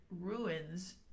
ruins